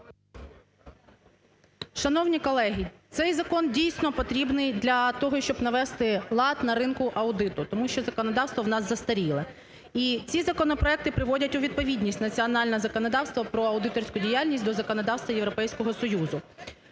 Шановні колеги! Цей закон, дійсно, потрібний для того, щоб навести лад дна ринку аудиту, тому що законодавство в нас застаріле і ці законопроекти приводять у відповідність національне законодавство про аудиторську діяльність до законодавства Європейського Союзу.